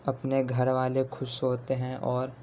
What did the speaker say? اپنے گھر والے خوش ہوتے ہیں اور